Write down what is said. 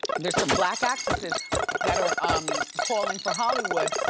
there's some black actresses that are um calling for hollywood